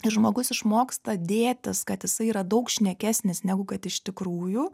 žmogus išmoksta dėtis kad jisai yra daug šnekesnis negu kad iš tikrųjų